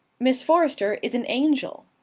miss forrester is an angel.